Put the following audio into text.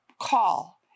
call